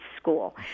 school